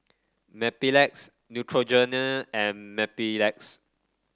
Mepilex Neutrogena and Mepilex